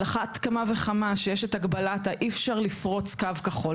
על אחת כמה וכמה כשיש את הגבלה את האי אפשר לפרוץ קו כחול,